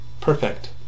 perfect